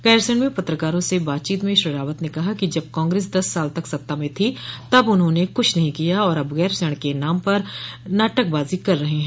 गैरसैंण में पत्रकारों से बातीचत में श्री रावत ने कहा कि जब कांग्रेस दस साल तक सत्ता में थी तब उन्होंने कुछ नहीं किया और अब गैरसैण के नाम पर नाटकबाजी कर रहे हैं